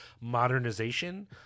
modernization